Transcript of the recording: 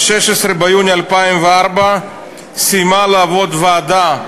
ב-16 ביוני 2004 סיימה לעבוד הוועדה,